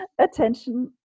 attention